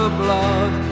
blood